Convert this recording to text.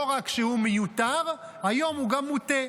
לא רק שהוא מיותר, היום הוא גם מוטה.